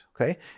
okay